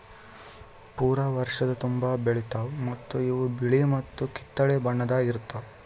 ಪೂರಾ ವರ್ಷದ ತುಂಬಾ ಬೆಳಿತಾವ್ ಮತ್ತ ಇವು ಬಿಳಿ ಮತ್ತ ಕಿತ್ತಳೆ ಬಣ್ಣದಾಗ್ ಇರ್ತಾವ್